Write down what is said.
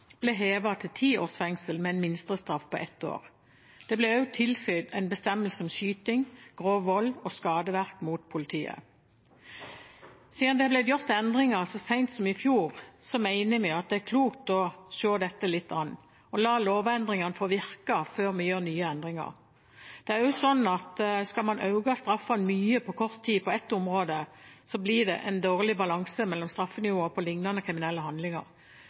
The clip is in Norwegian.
ble hevet til ti års fengsel, med en minstestraff på ett år. Det ble også tilføyd en bestemmelse om skyting, grov vold og skadeverk mot politiet. Siden det er blitt gjort endringer så sent som i fjor, mener vi at det er klokt å se dette litt an og la lovendringene få virke, før vi gjør nye endringer. Det er jo sånn at skal man øke straffene mye på kort tid på ett område, blir det en dårlig balanse i forhold til straffenivået for lignende kriminelle handlinger.